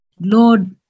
Lord